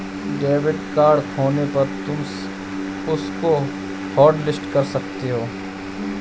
debit card खोने पर तुम उसको हॉटलिस्ट कर सकती हो